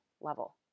level